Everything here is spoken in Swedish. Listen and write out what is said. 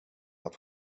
att